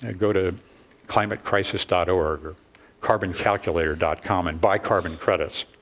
ah go to climatecrisis dot org or carboncalculator dot com and buy carbon credits.